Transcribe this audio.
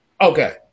Okay